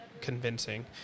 convincing